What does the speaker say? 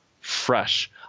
fresh